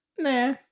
Nah